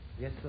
Yes